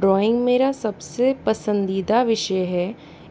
drawing मेरा सबसे पसंदीदा विषय है